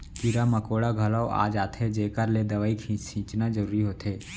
कीरा मकोड़ा घलौ आ जाथें जेकर ले दवई छींचना जरूरी होथे